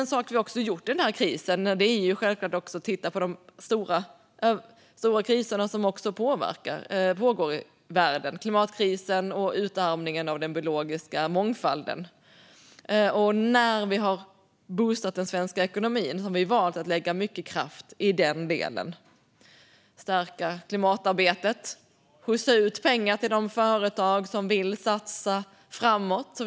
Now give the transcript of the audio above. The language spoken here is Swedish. En sak som vi också har gjort i den här krisen är självklart att titta även på de stora kriser som pågår i världen och som påverkar, nämligen klimatkrisen och utarmningen av den biologiska mångfalden. När vi har boostat den svenska ekonomin har vi valt att lägga mycket kraft i den delen. Det handlar om att stärka klimatarbetet och skjutsa ut pengar till de företag som vill satsa framåt.